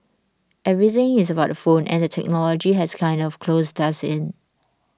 everything is about the phone and the technology has kind of closed us in